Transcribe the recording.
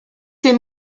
ces